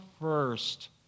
first